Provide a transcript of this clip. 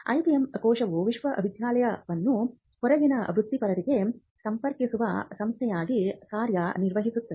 IPM ಕೋಶವು ವಿಶ್ವವಿದ್ಯಾಲಯವನ್ನು ಹೊರಗಿನ ವೃತ್ತಿಪರರಿಗೆ ಸಂಪರ್ಕಿಸುವ ಸಂಸ್ಥೆಯಾಗಿ ಕಾರ್ಯನಿರ್ವಹಿಸುತ್ತದೆ